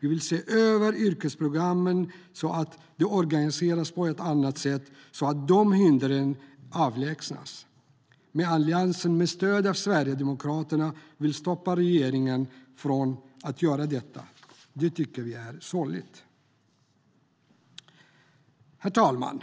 Vi vill se över yrkesprogrammen så att de organiseras på ett annat sätt så att de hindren avlägsnas. Men Alliansen, med stöd av Sverigedemokraterna, vill stoppa regeringen från att se över frågan. Det tycker vi är sorgligt. Herr talman!